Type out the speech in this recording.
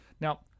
now